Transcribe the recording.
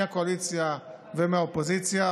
מהקואליציה ומהאופוזיציה,